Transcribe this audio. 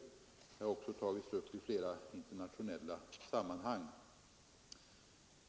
Det har också tagits upp i flera internationella sammanhang.